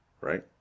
Right